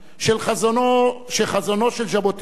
שחזונו של ז'בוטינסקי,